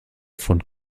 von